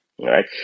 right